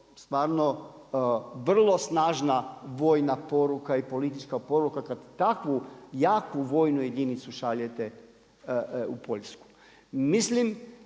stvarno vrlo snažna vojna poruka i politička poruka kada takvu jaku vojnu jedinicu šaljete u Poljsku. Mislim